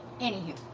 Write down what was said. Anywho